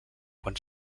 quan